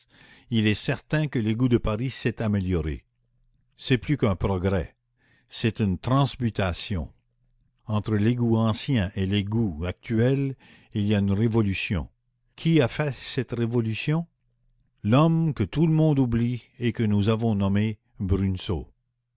il est certain que l'égout de paris s'est amélioré c'est plus qu'un progrès c'est une transmutation entre l'égout ancien et l'égout actuel il y a une révolution qui a fait cette révolution l'homme que tout le monde oublie et que nous avons nommé